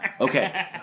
Okay